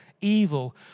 evil